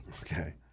Okay